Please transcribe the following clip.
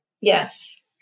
Yes